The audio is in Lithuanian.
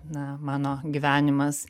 na mano gyvenimas